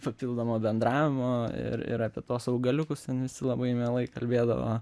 papildomo bendravimo ir ir apie tuos augaliukus ten visi labai mielai kalbėdavo